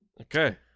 Okay